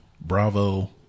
Bravo